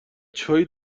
چایی